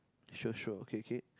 sure sure okay okay